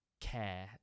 care